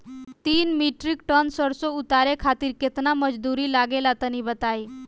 तीन metric ton सरसो उतारे खातिर केतना मजदूरी लगे ला तनि बताई?